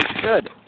Good